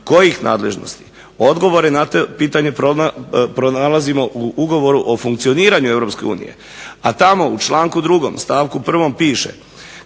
Kojih nadležnosti? Odgovore na to pitanje nalazimo u Ugovoru o funkcioniranju Europske unije, a tamo u članku 2. stavku 1. piše: